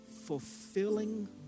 fulfilling